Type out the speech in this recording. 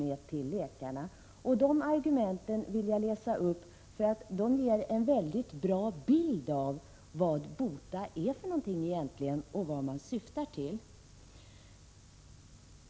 Jag vill läsa upp dessa argument därför att de ger en bra bild av vad BOTA egentligen är och vad man syftar till.